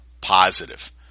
positive